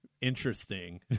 interesting